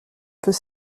peut